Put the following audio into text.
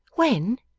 when?